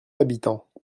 habitants